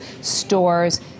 stores